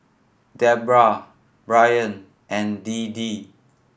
Debra Bryn and Deedee